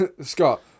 Scott